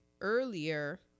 earlier